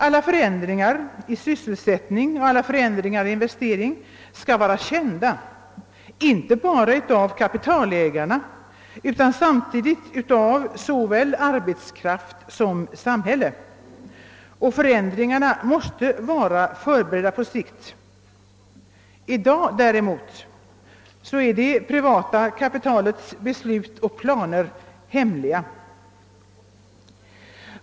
Alla förändringar i sysselsättning och i investeringar måste vara kända — inte bara av kapitalägarna utan samtidigt av såväl arbetskraft som samhälle — och de måste vara förberedda på sikt. I dag däremot är det privata kapitalets beslut och planer hemliga.